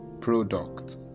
product